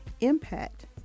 impact